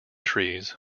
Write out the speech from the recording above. trees